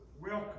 welcome